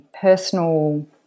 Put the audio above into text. personal